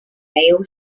mao